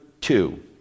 two